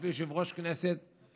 יש לי יושב-ראש כנסת,